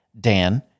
Dan